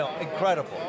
incredible